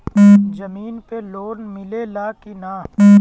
जमीन पे लोन मिले ला की ना?